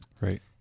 Right